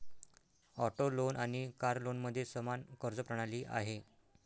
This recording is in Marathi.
ऑटो लोन आणि कार लोनमध्ये समान कर्ज प्रणाली आहे